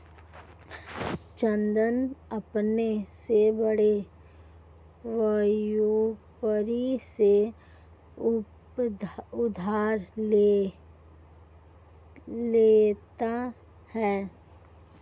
चंदन अपने से बड़े व्यापारी से उधार लेता है